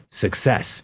success